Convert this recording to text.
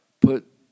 Put